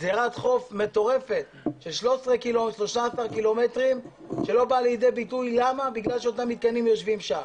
חוף מטורף של 13 קילומטרים שלא בא לידי ביטוי כי אותם מתקנים יושבים שם.